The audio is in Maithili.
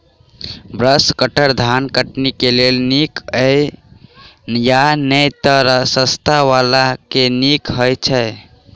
ब्रश कटर धान कटनी केँ लेल नीक हएत या नै तऽ सस्ता वला केँ नीक हय छै?